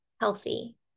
healthy